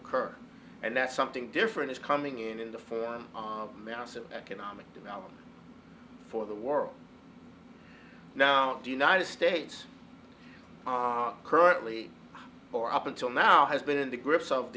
occur and that's something different is coming in in the form of massive economic development for the world now the united states currently or up until now has been in the grips of